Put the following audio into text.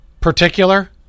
Particular